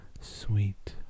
sweet